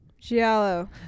Giallo